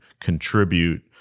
contribute